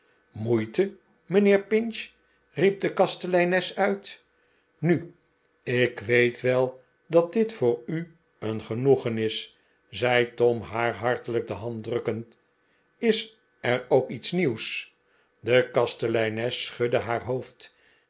moeite mijnheer pinch riep de kasteleines uit nu ik weet wel r dat dit voor u een genoegen is zei tom haar hartelijk de hand drukkend is er ook iets nieuws de kasteleines schudde haar hoofd